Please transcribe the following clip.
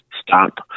stop